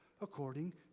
According